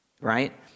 right